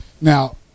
Now